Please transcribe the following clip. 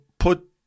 put